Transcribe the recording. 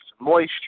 moisture